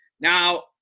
Now